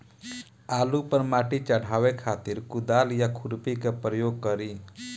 आलू पर माटी चढ़ावे खातिर कुदाल या खुरपी के प्रयोग करी?